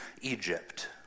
Egypt